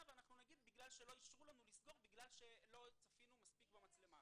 ואנחנו נגיד בגלל שלא צפינו מספיק במצלמה.